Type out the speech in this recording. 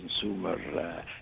consumer